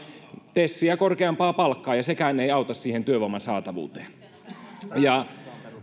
tesiä korkeampaa palkkaa mutta sekään ei auta siihen työvoiman saatavuuteen